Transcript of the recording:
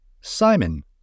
Simon